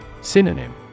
Synonym